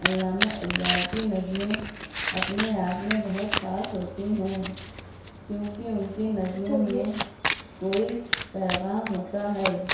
علامہ اقبال کی نظمیں اپنے آپ میں بہت خاص ہوتی ہیں کیونکہ ان کی نظموں میں کوئی پیغام ہوتا ہے